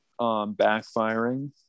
backfiring